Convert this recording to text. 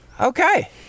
okay